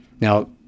Now